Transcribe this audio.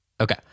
okay